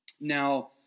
Now